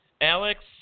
Alex